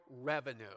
revenue